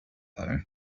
though